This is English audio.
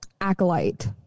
acolyte